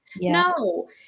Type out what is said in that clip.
No